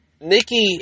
Nikki